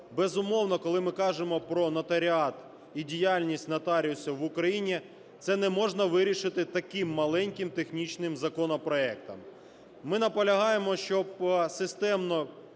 безумовно, коли ми кажемо про нотаріат і діяльність нотаріусів в Україні, це не можна вирішити таким маленьким технічним законопроектом. Ми наполягаємо, щоб системний